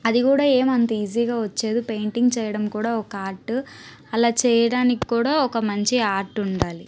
అది కూడా ఏమీ అంత ఈజీగా వచ్చేదు పెయింటింగ్ చేయడం కూడా ఒక ఆర్ట్ అలా చేయడానికి కూడా ఒక మంచి ఆర్ట్ ఉండాలి